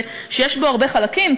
שיש בו הרבה חלקים,